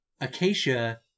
acacia